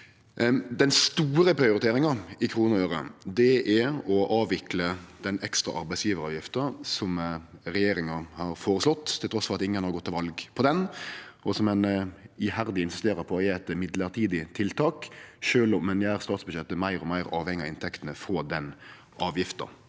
Den store prioriteringa i kroner og øre er å avvikle den ekstra arbeidsgjevaravgifta som regjeringa har føreslått, trass i at ingen har gått til val på ho, og som ein iherdig insisterer på at er eit midlertidig tiltak, sjølv om ein gjer statsbudsjettet meir og meir avhengig av inntektene frå den avgifta,